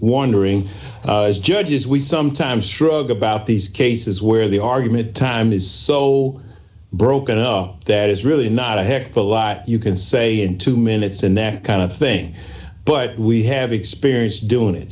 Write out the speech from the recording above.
wondering judges we sometimes struggle about these cases where the argument time is so broken that is really not a heck of a lot you can say in two minutes and that kind of thing but we have experience doing it